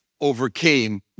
overcame